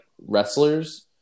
wrestlers